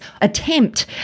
attempt